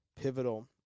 pivotal